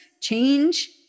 change